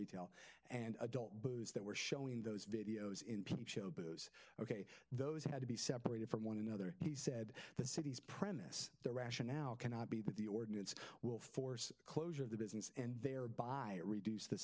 retail and adult booze that were showing those videos in peep show ok those had to be separated from one another he said the city's premise the rationale cannot be that the ordinance will force a closure of the business and thereby reduce the